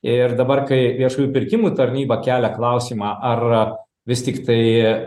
ir dabar kai viešųjų pirkimų tarnyba kelia klausimą ar vis tiktai